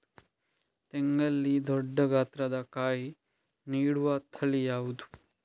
ತೆಂಗಲ್ಲಿ ದೊಡ್ಡ ಗಾತ್ರದ ಕಾಯಿ ನೀಡುವ ತಳಿ ಯಾವುದು?